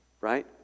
right